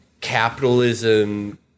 capitalism